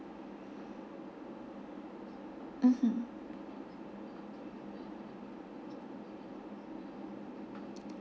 mmhmm